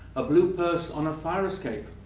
a blue purse on a fire escape.